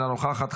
אינה נוכחת,